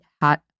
hot